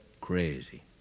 Crazy